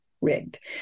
Rigged